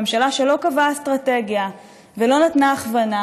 ממשלה שלא קבעה אסטרטגיה ולא נתנה הכוונה,